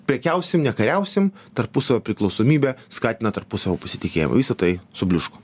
prekiausim nekariausim tarpusavio priklausomybė skatina tarpusavio pasitikėjimą visa tai subliūško